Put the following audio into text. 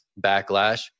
backlash